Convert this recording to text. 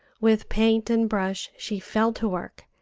with paint and brush she fell to work,